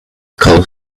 called